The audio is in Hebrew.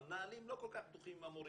המנהלים לא כל כך בטוחים עם המורים,